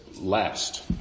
last